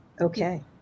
okay